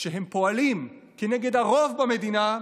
שהם פועלים כנגד הרוב במדינה,